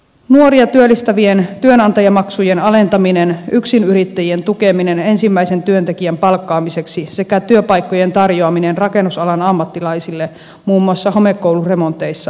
nuoria työllistävien työnantajamaksujen alentaminen yksinyrittäjien tukeminen ensimmäisen työntekijän palkkaamiseksi sekä työpaikkojen tarjoaminen rakennusalan ammattilaisille muun muassa homekouluremonteissa auttaisivat työllisyyteen